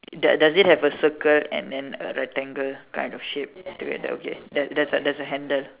do~ does it have a circle and and a rectangle kind of shape to it okay that's a that's a handle